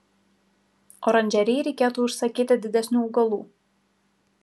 oranžerijai reikėtų užsakyti didesnių augalų